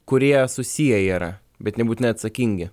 kurie susiję yra bet nebūtinai atsakingi